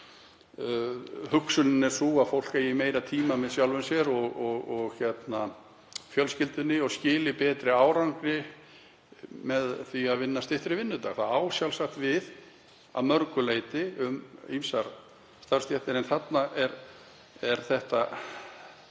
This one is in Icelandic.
hugsunin er sú að fólk eigi meiri tíma með sjálfu sér og fjölskyldunni og skili betri árangri með því að vinna styttri vinnudag. Það á sjálfsagt við að mörgu leyti um ýmsar starfsstéttir en þarna er farið